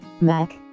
Mac